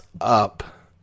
up